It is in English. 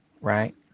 right